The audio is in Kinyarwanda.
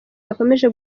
yakomeje